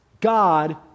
God